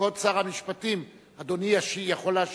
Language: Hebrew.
כבוד שר המשפטים, אדוני יכול להשיב?